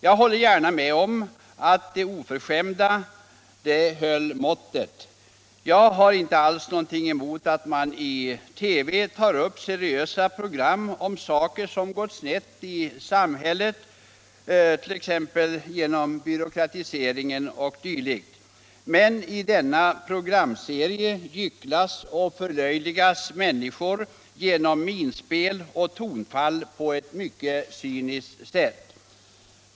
Jag håller gärna med om att det oförskämda höll måttet. Jag har inte alls någonting emot att man i TV sänder seriösa program om saker som gått snett i samhället, t.ex. genom byråkratisering o. d., men i denna programserie gycklar man med och förlöjligar människor genom minspel och tonfall på ett mycket cyniskt sätt.